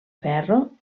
ferro